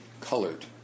colored